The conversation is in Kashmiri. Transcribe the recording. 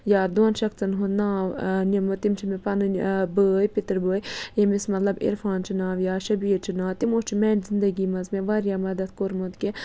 یا دۄن شخصَن ہُنٛد ناو نِمہٕ تِم چھِ مےٚ پَنٕنۍ بٲے پِتٕر بٲے ییٚمِس مطلب عرفان چھِ ناو یا شبیٖر چھِ ناو تِمو چھِ میٛانہِ زندگی منٛز مےٚ واریاہ مَدَد کوٚرمُت کہِ